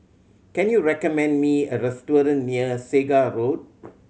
can you recommend me a restaurant near Segar Road